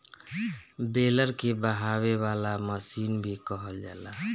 baler के बहावे वाला मशीन भी कहल जाला